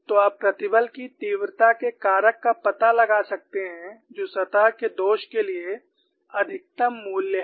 तो आप प्रतिबल की तीव्रता के कारक का पता लगा सकते हैं जो सतह के दोष के लिए अधिकतम मूल्य है